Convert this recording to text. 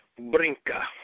brinca